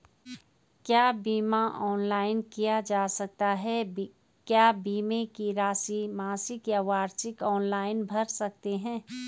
क्या बीमा ऑनलाइन किया जा सकता है क्या बीमे की राशि मासिक या वार्षिक ऑनलाइन भर सकते हैं?